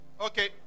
okay